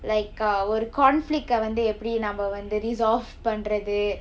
like uh will conflict ah வந்து எப்படி நாம வந்து:vanthu appadi naama vanthu resolve பண்றது:pandrathu